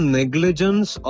negligence